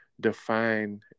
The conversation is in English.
define